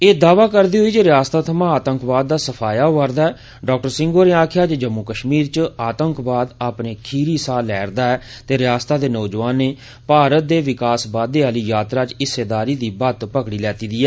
एह् दावा करदे होई जे रिआसता थमां आतंकवाद दा सफाया होआ'रदा ऐ डाक्टर सिंह होरें आखेआ जे जम्मू कष्मीर च आतंकवाद अपने खीरी साह लै'रदा ऐ ते रिआसता दे नौजवानें भारत दे विकास बाद्दे आह्ली यात्रा च हिस्सेदारी दी बत्त फगड़ी लैती दी ऐ